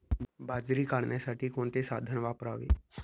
बाजरी काढण्यासाठी कोणते साधन वापरावे?